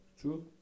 True